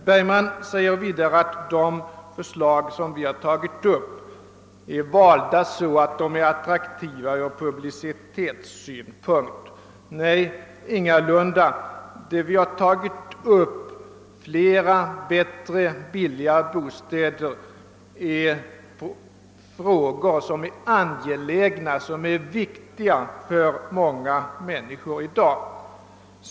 Vidare sade herr Bergman att de förslag som vi har tagit upp är valda så att de skall vara attraktiva ur publicitetssynpunkt. Nej, ingalunda. De frågor vi tagit upp gäller önskemål om flera, bättre och billigare bostäder, vilket förvisso är angeläget och viktigt för många människor i dag.